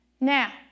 Now